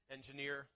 engineer